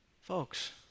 Folks